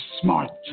smart